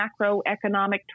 macroeconomic